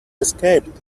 escaped